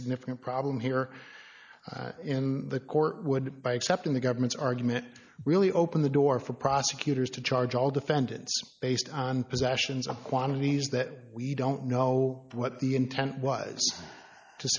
significant problem here in the court would by accepting the government's argument really open the door for prosecutors to charge all defendants based on possessions and quantities that we don't know what the intent was to